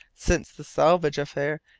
since the salvage affair,